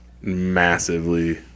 massively